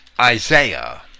Isaiah